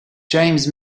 james